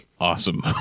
awesome